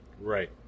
Right